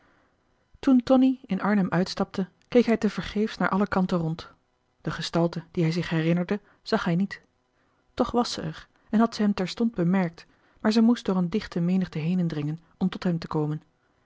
tonie in arnhem uitstapte keek hij te vergeefs naar alle kanten rond de gestalte die hij zich herinnerde zag hij niet toch was zij er en had zij hem terstond marcellus emants een drietal novellen bemerkt maar zij moest door een dichte menigte henendringen om tot hem te komen